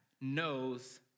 knows